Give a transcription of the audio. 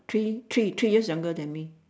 three three three years younger than me